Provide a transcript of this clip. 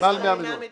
מעל 100 מדינות.